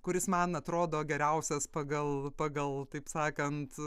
kuris man atrodo geriausias pagal pagal taip sakant